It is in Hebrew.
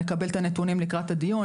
לקבל את הנתונים לקראת הדיון.